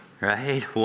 right